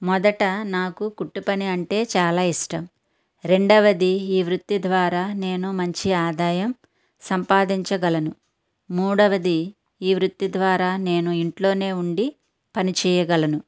మొదట నాకు కుట్టు పని అంటే చాలా ఇష్టం రెండవది ఈ వృత్తి ద్వారా నేను మంచి ఆదాయం సంపాదించగలను మూడవది ఈ వృత్తి ద్వారా నేను ఇంట్లోనే ఉండి పనిచేయగలను